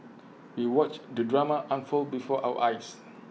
we watched the drama unfold before our eyes